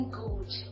good